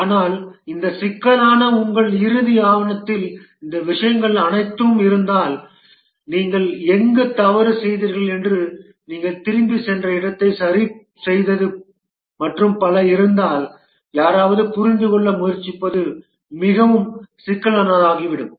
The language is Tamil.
ஆனால் இந்த சிக்கலுக்கான உங்கள் இறுதி ஆவணத்தில் இந்த விஷயங்கள் அனைத்தும் இருந்தால் நீங்கள் எங்கு தவறு செய்தீர்கள் என்று நீங்கள் திரும்பிச் சென்ற இடத்தை சரிசெய்தது மற்றும் பல இருந்தால் யாராவது புரிந்து கொள்ள முயற்சிப்பது மிகவும் சிக்கலானதாகிவிடும்